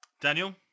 Daniel